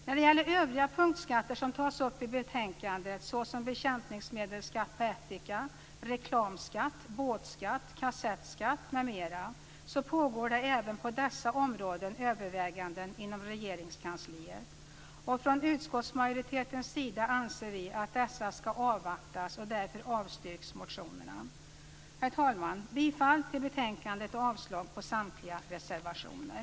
När det gäller övriga punktskatter som tas upp i betänkandet såsom bekämpningsmedelsskatt på ättika, reklamskatt, båtskatt, kassettskatt m.m. pågår även på dessa områden överväganden inom Regeringskansliet. Från utskottsmajoritetens sida anser vi att dessa skall avvaktas. Därför avstyrks motionerna. Herr talman! Bifall till betänkandet och avslag på samtliga reservationer.